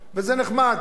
וזה נחמד.